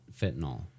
fentanyl